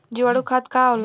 जीवाणु खाद का होला?